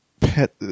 pet